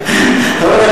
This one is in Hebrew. הכול.